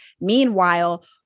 Meanwhile